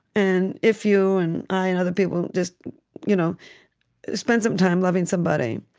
and if you and i and other people just you know spend some time loving somebody.